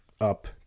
up